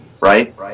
right